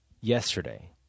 yesterday